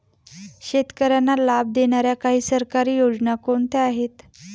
शेतकऱ्यांना लाभ देणाऱ्या काही सरकारी योजना कोणत्या आहेत?